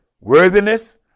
worthiness